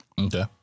Okay